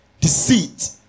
deceit